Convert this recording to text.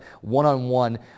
one-on-one